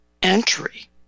entry